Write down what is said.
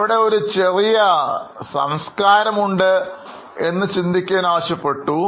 അവിടെ ഒരു ചെറിയ സംസ്കാരമുണ്ട് എന്ന് ചിന്തിക്കുവാൻ ആവശ്യപ്പെട്ടു